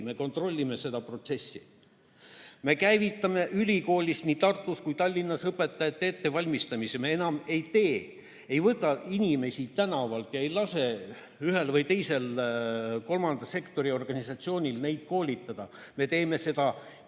me kontrollime seda protsessi. Me käivitame ülikoolis, nii Tartus kui ka Tallinnas, õpetajate ettevalmistamise. Me enam ei võta inimesi tänavalt ja ei lase ühel või teisel kolmanda sektori organisatsioonil neid koolitada. Me teeme seda ise.